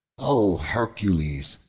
o hercules!